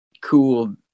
cool